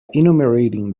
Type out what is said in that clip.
enumerating